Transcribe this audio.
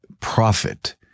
profit